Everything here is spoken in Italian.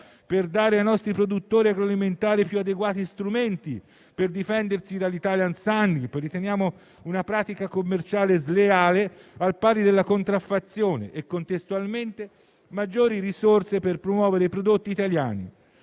è; dare ai nostri produttori agroalimentari più adeguati strumenti per difendersi dall'*italian sounding,* pratica commerciale che riteniamo sleale, al pari della contraffazione, e, contestualmente, maggiori risorse per promuovere i prodotti italiani;